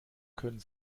können